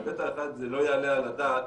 ההיבט האחד זה לא יעלה על הדעת